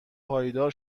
پایدار